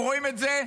הם רואים את זה,